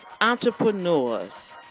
entrepreneurs